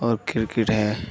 اور کرکٹ ہے